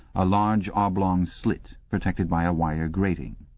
a large oblong slit protected by a wire grating.